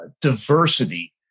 diversity